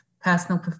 personal